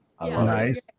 Nice